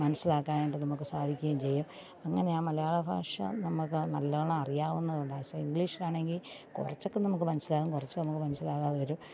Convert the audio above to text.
മനസ്സിലാക്കാനായിട്ട് നമുക്ക് സാധിക്കേം ചെയ്യും അങ്ങനെ ആ മലയാള ഭാഷ നമുക്ക് നല്ലോണം അറിയാവുന്നത് കൊണ്ട് ആ ആസ് എ ഇംഗ്ലീഷാണെങ്കില് കുറച്ചൊക്കെ നമുക്ക് മനസ്സിലാവും കുറച്ച് നമുക്ക് മനസ്സിലാകാതെ വരും